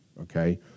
okay